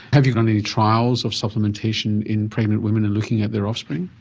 have you done any trials of supplementation in pregnant women and looking at their offspring?